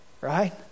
Right